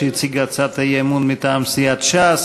שהציג את הצעת האי-אמון מטעם סיעת ש"ס.